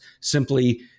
simply